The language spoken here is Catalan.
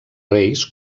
reis